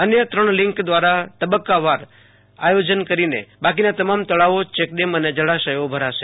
અન્ય ત્રણ લિન્ક દ્રારા તબક્કાવાર આયોજન કરીને બાકીના તમામ તળાવોચેકડેમ અને જળાશયો ભરાશે